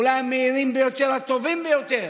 אולי המהירים ביותר, הטובים ביותר.